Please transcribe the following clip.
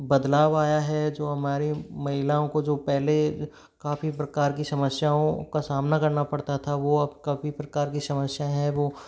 बदलाव आया है जो हमारी महिलाओं को जो पहले काफ़ी प्रकार की समस्याओं का सामना करना पड़ता था वो अब काफ़ी प्रकार की समस्या है वो